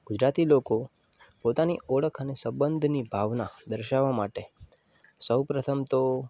ગુજરાતી લોકો પોતાની ઓળખ અને સબંધની ભાવના દર્શાવવા માટે સૌ પ્રથમ તો